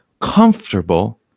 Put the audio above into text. comfortable